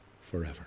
forever